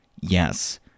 Yes